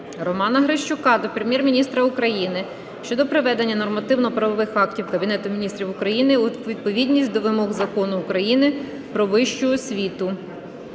Романа Грищука до Прем'єр-міністра України щодо приведення нормативно-правових актів Кабінету Міністрів України у відповідність до вимог Закону України "Про вищу освіту".